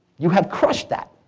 you have crushed that.